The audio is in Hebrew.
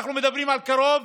ואנחנו מדברים על קרוב